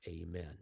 amen